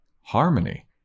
Harmony